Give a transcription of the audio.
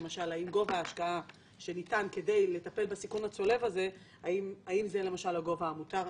למשל אם גובה ההשקעה שניתן כדי לטפל בסיכון הצולב הזה הוא הגובה המותר.